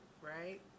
right